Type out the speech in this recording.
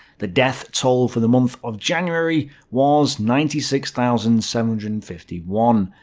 the death toll for the month of january was ninety six thousand seven hundred and fifty one.